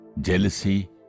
jealousy